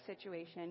situation